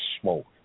smoke